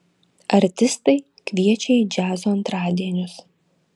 artistai kviečia į džiazo antradienius